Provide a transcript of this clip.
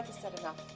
said enough.